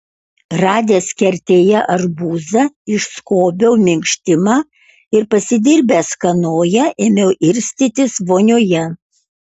radęs kertėje arbūzą išskobiau minkštimą ir pasidirbęs kanoją ėmiau irstytis vonioje